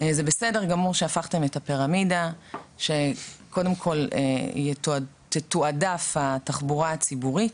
זה בסדר גמור שהפכתם את הפירמידה שקודם כל תתועדף התחבורה הציבורית,